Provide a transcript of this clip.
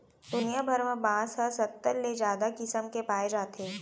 दुनिया भर म बांस ह सत्तर ले जादा किसम के पाए जाथे